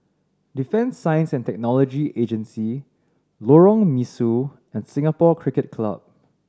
Defence Science And Technology Agency Lorong Mesu and Singapore Cricket Club